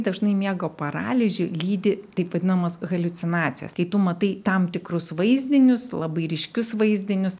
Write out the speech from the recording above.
dažnai miego paralyžių lydi taip vadinamos haliucinacijos kai tu matai tam tikrus vaizdinius labai ryškius vaizdinius